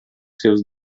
seus